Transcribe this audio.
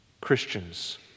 Christians